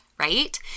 right